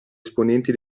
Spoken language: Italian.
esponenti